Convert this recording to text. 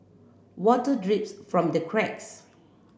water drips from the cracks